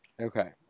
Okay